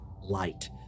light